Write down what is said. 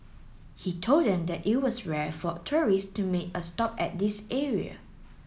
he told them that it was rare for tourist to make a stop at this area